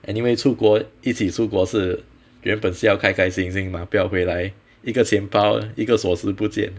anyway 出国一起出国是原本是要开开心心吗不要回来一个钱包一个锁匙不见